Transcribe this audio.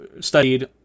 studied